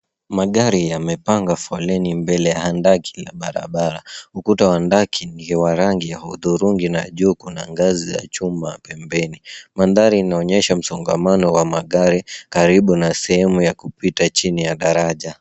Magari yamepanga foleni mbele ya hanadaki kila barabara. Ukuta wa ndaki ndio wa rangi ya hudhurungi na juu kuna ngazi za chuma pembeni. Mandhari inaonyesha msongamano wa magari karibu na sehemu ya kupita chini ya daraja.